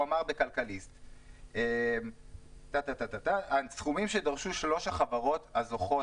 הוא אמר ב "כלכליסט" "הסכומים שדרשו שלוש החברות הזוכות